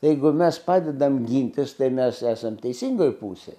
jeigu mes padedam gintis tai mes esam teisingoj pusėj